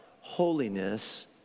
Holiness